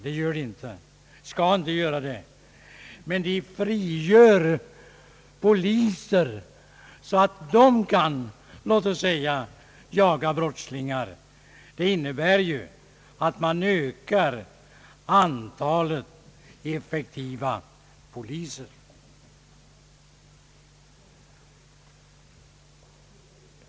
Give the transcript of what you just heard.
Det gör de inte och skall inte göra det, men de frigör poliser så att dessa kan låt oss säga jaga brottslingar. Det innebär ju att man ökar antalet effektiva poliser.